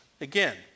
again